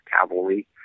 Cavalry